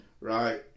Right